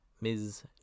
Ms